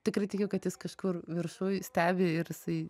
tikrai tikiu kad jis kažkur viršuj stebi ir jisai